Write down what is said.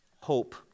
hope